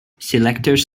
selectors